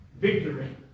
Victory